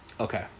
Okay